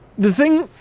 the thing,